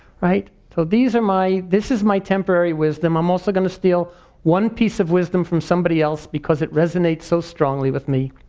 so these are my, this is my temporary wisdom. i'm also gonna steal one piece of wisdom from somebody else because it resonates so strongly with me.